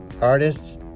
artists